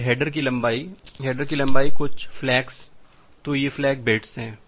फिर हेडर की लंबाई हेडर की लंबाई कुछ फ्लैग्स तो ये फ्लैग बिट्स हैं